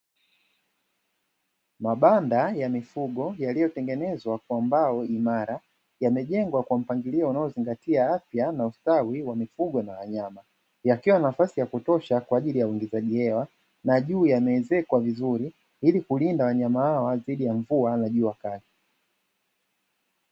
Mabanda ya mifugo yaliyo tengenezwa kwa mbao imara, yamejengwa kwa mpangilio unaozingatia afya na ustawi wa mifugo na wanyama, yakiwa na nafasi yakutosha, kwaajili ya uingizaji hewa, na juu yameezekwa vizuri, ili kulinda wanyama hawa zidi ya mvua na jua kali.